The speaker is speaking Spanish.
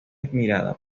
admirada